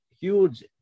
huge